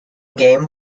game